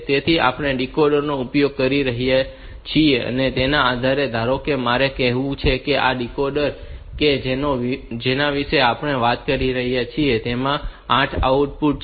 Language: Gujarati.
તેથી આપણે જે ડીકોડર નો ઉપયોગ કરી રહ્યા છીએ તેના આધારે ધારો કે મારે કહેવું છે કે આ ડીકોડર કે જેના વિશે આપણે વાત કરી રહ્યા છીએ તેમાં 8 આઉટપુટ છે